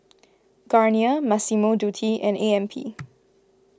Garnier Massimo Dutti and A M P